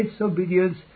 obedience